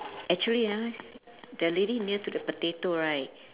actually uh the lady near to the potato right